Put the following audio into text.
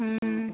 हँ